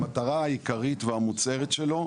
המטרה העיקרית והמוצהרת שלו,